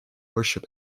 worship